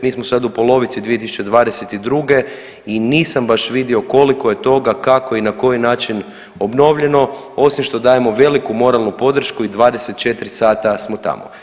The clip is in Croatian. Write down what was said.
Mi smo sad u polovici 2022. i nisam baš vidio koliko je toga, kako i na koji način obnovljeno osim što dajemo veliku moralnu podršku i 24 sata smo tamo.